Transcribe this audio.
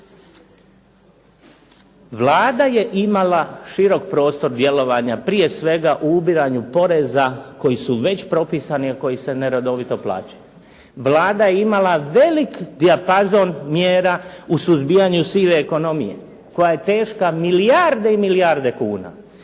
Vlada je imala širok prostor djelovanja prije svega u ubiranju poreza koji su već propisani a koji se neredovito plaćaju. Vlada je imala velik dijapazon mjera u suzbijanju sive ekonomije koja je teška milijarde kuna,